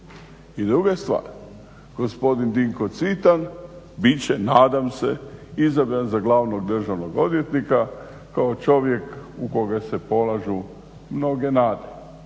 I druga je stvar, gospodin Dinko Cvitan bit će nadam se izabran za glavnog državnog odvjetnika kao čovjek u koga se polažu mnoge nade.